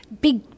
big